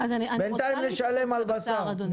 בינתיים נשלם על בשר.